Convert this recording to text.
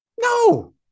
No